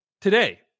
today